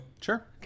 Sure